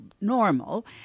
normal